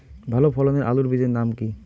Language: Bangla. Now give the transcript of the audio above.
ভালো ফলনের আলুর বীজের নাম কি?